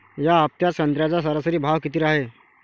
या हफ्त्यात संत्र्याचा सरासरी भाव किती हाये?